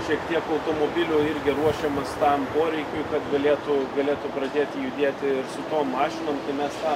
šiek tiek automobilių irgi ruošiamas tam poreikiui kad galėtų galėtų pradėti judėti su tom mašinom tai mes tą